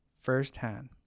firsthand